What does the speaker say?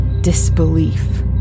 disbelief